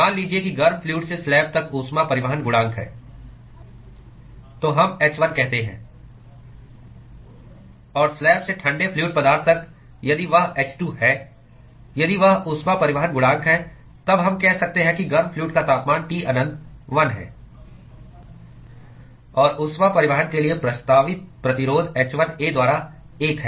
मान लीजिए कि गर्म फ्लूअड से स्लैब तक ऊष्मा परिवहन गुणांक है तो हम h 1 कहते हैं और स्लैब से ठंडे फ्लूअड पदार्थ तक यदि वह h2 है यदि वह ऊष्मा परिवहन गुणांक है तब हम कह सकते हैं कि गर्म फ्लूअड का तापमान T अनंत 1 है और ऊष्मा परिवहन के लिए प्रस्तावित प्रतिरोध h1A द्वारा एक है